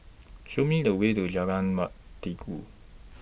Show Me The Way to Jalan